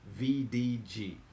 VDG